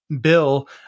bill